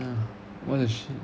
what the shit